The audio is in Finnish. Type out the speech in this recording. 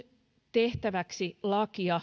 tehtäväksi lakia